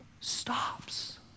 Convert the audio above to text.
stops